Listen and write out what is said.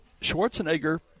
Schwarzenegger